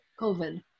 COVID